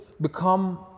become